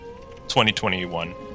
2021